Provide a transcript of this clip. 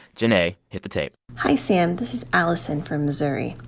jinae, hit the tape hi, sam. this is allison from missouri.